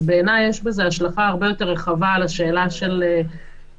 בעיניי יש לזה השלכה הרבה יותר רחבה על השאלה של כניסה